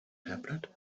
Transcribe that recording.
tablet